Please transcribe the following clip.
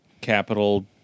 capital